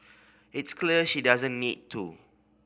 it's clear she doesn't need to